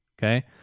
Okay